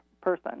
person